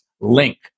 link